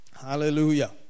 Hallelujah